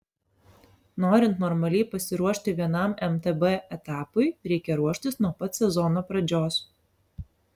norint normaliai pasiruošti vienam mtb etapui reikia ruoštis nuo pat sezono pradžios